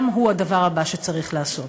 גם הוא דבר שצריך לעשות.